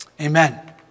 Amen